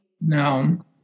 No